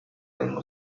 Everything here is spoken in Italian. hanno